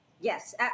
Yes